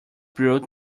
brew